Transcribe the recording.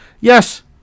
yes